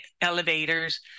elevators